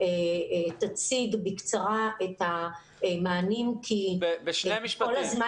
תציג בקצרה את המענים כי כל הזמן